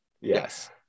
Yes